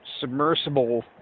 submersible